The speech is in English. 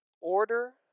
Order